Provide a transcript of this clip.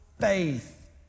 faith